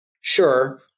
sure